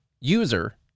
user